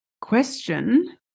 question